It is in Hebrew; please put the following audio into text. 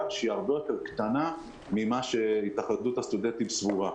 שהיא הרבה יותר קטנה ממה שהתאחדות הסטודנטים סבורה.